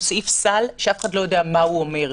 סעיף סל שאף אחד לא יודע מה הוא אומר.